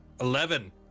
Eleven